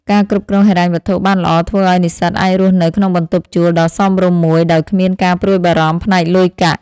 ការគ្រប់គ្រងហិរញ្ញវត្ថុបានល្អធ្វើឱ្យនិស្សិតអាចរស់នៅក្នុងបន្ទប់ជួលដ៏សមរម្យមួយដោយគ្មានការព្រួយបារម្ភផ្នែកលុយកាក់។